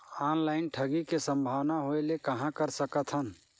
Online ठगी के संभावना होय ले कहां कर सकथन?